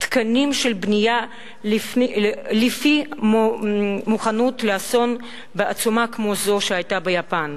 תקנים של בנייה לפי מוכנות לאסון בעוצמה כמו זו שהיתה ביפן,